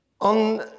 On